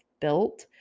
built